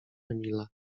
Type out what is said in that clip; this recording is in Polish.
emila